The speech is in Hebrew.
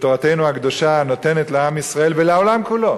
שתורתנו הקדושה נותנת לעם ישראל ולעולם כולו